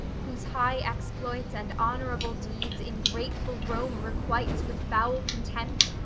whose high exploits and honourable deeds ingrateful rome requites with foul contempt,